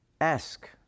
ask